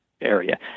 area